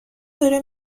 داره